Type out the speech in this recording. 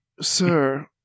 Sir